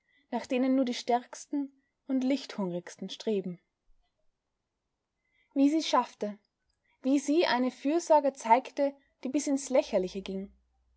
nach denen nur die stärksten und lichthungrigsten streben wie sie schaffte wie sie eine fürsorge zeigte die bis ins lächerliche ging